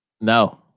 No